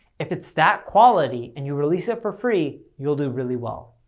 if it's that quality, and you release it for free, you'll do really well.